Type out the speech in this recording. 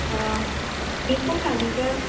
अ दै फुंखानिखौ